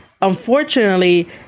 Unfortunately